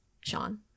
sean